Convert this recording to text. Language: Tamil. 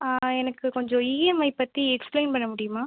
ஆ எனக்கு கொஞ்சம் இஎம்ஐ பற்றி எக்ஸ்பிளைன் பண்ண முடியுமா